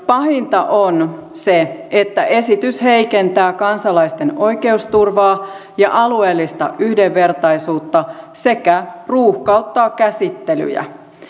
pahinta on se että esitys heikentää kansalaisten oikeusturvaa ja alueellista yhdenvertaisuutta sekä ruuhkauttaa käsittelyjä